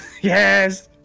Yes